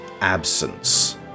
absence